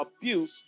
abuse